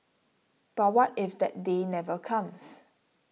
but what if that day never comes